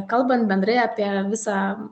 kalbant bendrai apie visą